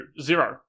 zero